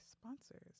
sponsors